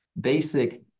Basic